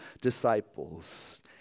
disciples